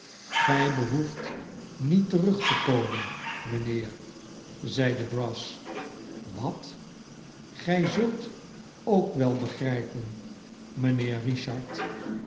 gij behoeft niet terug te komen mijnheer zeide brass wat gij zult ook wel begrijpen mijnheer richard